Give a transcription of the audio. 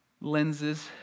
lenses